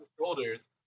shoulders